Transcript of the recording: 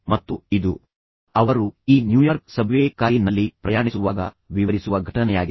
ಮತ್ತು ಇದು ಅವರು ಈ ನ್ಯೂಯಾರ್ಕ್ ಸಬ್ವೇ ಕಾರಿ ನಲ್ಲಿ ಪ್ರಯಾಣಿಸುವಾಗ ವಿವರಿಸುವ ಘಟನೆಯಾಗಿದೆ